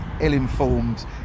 ill-informed